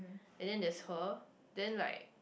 and then there's her then like